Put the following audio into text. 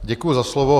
Děkuji za slovo.